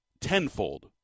tenfold